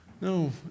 No